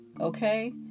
Okay